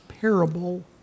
parable